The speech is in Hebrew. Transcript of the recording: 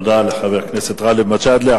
תודה לחבר הכנסת גאלב מג'אדלה.